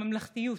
הממלכתיות